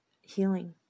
healing